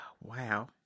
wow